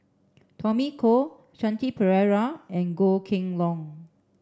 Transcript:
Tommy Koh Shanti Pereira and Goh Kheng Long